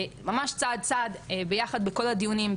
ממש צעד צעד ביחד בכל הדיונים,